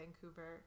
Vancouver